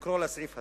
לקרוא לסעיף הזה.